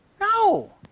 no